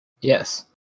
Yes